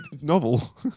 novel